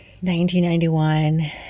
1991